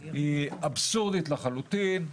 היא אבסורדית לחלוטין.